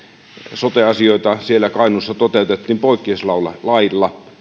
sote asioita siellä kainuussa toteutettiin poikkeuslain